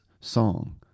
song